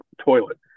toilet